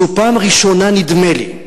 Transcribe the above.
זו פעם ראשונה, נדמה לי,